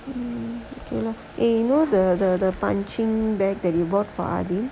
eh you know the the the punching bag that you bought